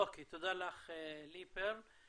אוקיי, תודה לך, לי פרל.